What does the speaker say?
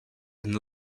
and